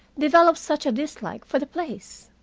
develop such a dislike for the place?